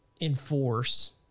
enforce